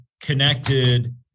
connected